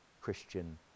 Christian